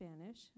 Spanish